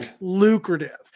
lucrative